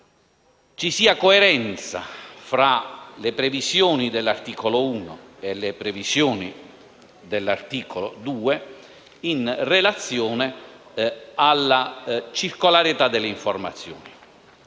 ci sia coerenza tra le previsioni dell'articolo 1 e quello dell'articolo 2 in relazione alla circolarità delle informazioni.